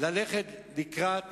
ללכת לקראת